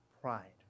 pride